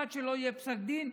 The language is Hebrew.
עד שלא יהיה פסק דין,